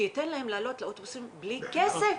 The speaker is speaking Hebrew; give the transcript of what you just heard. שייתן להם לעלות לאוטובוסים בלי כסף,